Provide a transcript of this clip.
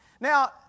Now